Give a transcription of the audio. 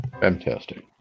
Fantastic